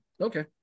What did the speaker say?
Okay